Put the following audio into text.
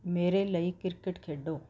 ਮੇਰੇ ਲਈ ਕ੍ਰਿਕਟ ਖੇਡੋ